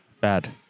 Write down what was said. Bad